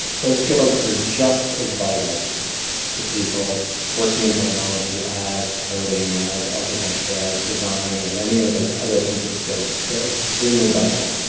those skills are just as vital to people working in technology as coding, as architecture, as design, as any of those other kinds of skills. they're extremely vital.